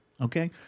Okay